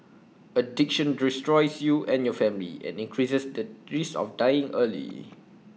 addiction destroys you and your family and increases the risk of dying early